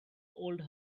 old